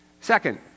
Second